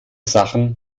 sachen